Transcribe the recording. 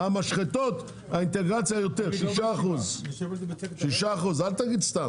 המשחתות, האינטגרציה יותר, 6%. 6%. אל תגיד סתם.